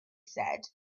said